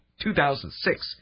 2006